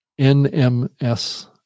NMS